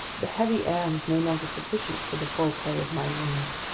the heavy air was no longer sufficient for the full play of my lungs.